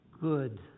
good